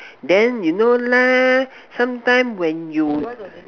then you know lah sometime when you